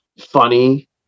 funny